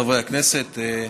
חברי הכנסת,